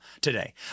today